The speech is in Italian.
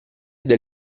del